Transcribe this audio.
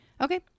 Okay